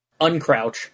uncrouch